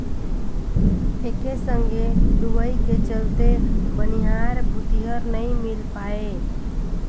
एके संघे लुवई के चलते बनिहार भूतीहर नई मिल पाये